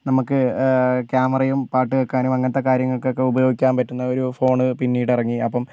നമുക്ക് ക്യാമറയും പാട്ട് കേൾക്കാനും അങ്ങനത്തേ കാര്യങ്ങൾക്കൊക്കേ ഉപയോഗിക്കാൻ പറ്റുന്ന ഒരു ഫോൺ പിന്നീട് ഇറങ്ങി അപ്പം